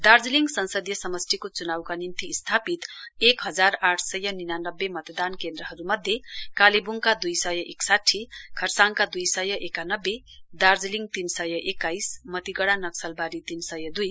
दार्जीलिङ संसदीय समष्टिको च्नाउका निम्ति स्थापित एक हजार आठ सय निनानब्बे मतदान केन्द्रहरूमध्ये कालेब्ङका दुइ सय एकसाठी खरसाङका दुई सय एकानब्बे दार्जीलिङ तीन सय एकाइस मतिगढा नकसलबारी तीन सय दुई